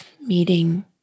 meeting